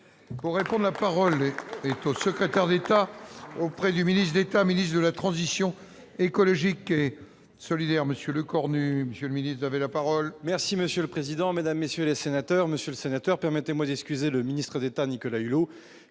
Pourrait prendre la parole est au secrétaire d'État. Près du ministre d'État, ministre de la transition écologique et solidaire monsieur le nu, monsieur le ministre avait la parole. Merci monsieur le président, Mesdames, messieurs les sénateurs, Monsieur le Sénateur, permettez-moi d'excuser le ministre d'État, Nicolas Hulot